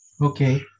okay